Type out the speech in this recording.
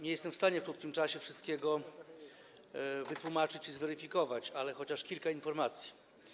Nie jestem w stanie w krótkim czasie wszystkiego wytłumaczyć i wszystkiego zweryfikować, ale podam chociaż kilka informacji.